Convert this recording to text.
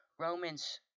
Romans